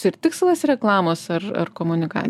ir tikslas reklamos ar ar komunikacijos